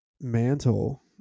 mantle